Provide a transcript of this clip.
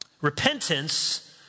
Repentance